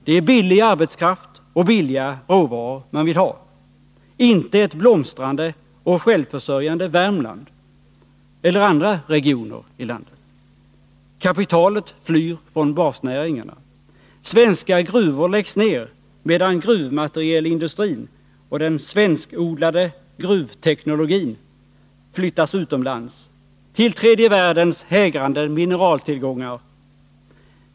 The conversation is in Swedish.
Det är billig arbetskraft och billiga råvaror man vill ha — inte ett blomstrande och självförsörjande Värmland. Kapitalet flyr från basnäringarna. Svenska gruvor läggs ner, medan gruvmaterielindustrin och den svenskodlade gruvteknologin flyttas utomlands — till tredje världens hägrande mineraltillgångar.